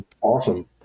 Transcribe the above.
awesome